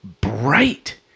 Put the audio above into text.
bright